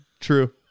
true